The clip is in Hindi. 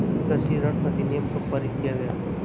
कृषि ऋण अधिनियम कब पारित किया गया?